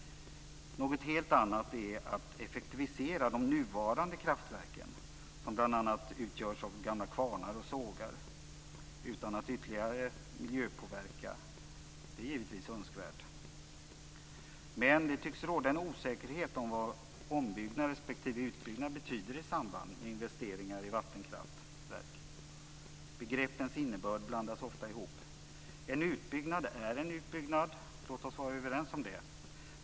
Något helt annat är att effektivisera de nuvarande kraftverken, som bl.a. utgörs av gamla kvarnar och sågar, utan ytterligare miljöpåverkan. Det är givetvis önskvärt. Men det tycks råda en osäkerhet om vad ombyggnad respektive utbyggnad betyder i samband med investeringar i vattenkraftverk. Begreppens innebörd blandas ofta ihop. En utbyggnad är en utbyggnad, låt oss vara överens om det.